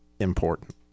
important